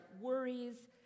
worries